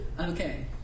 Okay